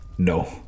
No